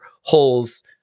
holes